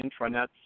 intranets